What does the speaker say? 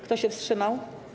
Kto się wstrzymał?